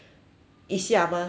一下 mah 还是